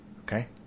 Okay